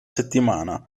settimana